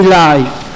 life